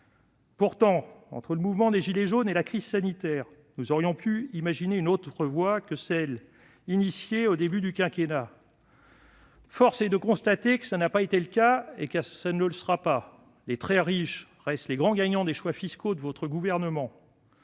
Pourtant, entre le mouvement des gilets jaunes et la crise sanitaire, nous aurions pu imaginer une autre voie que celle qui fut ouverte au début du quinquennat. Force est de le constater : tel n'a pas été et tel ne sera pas le cas. Les très riches restent les grands gagnants des choix fiscaux de votre gouvernement.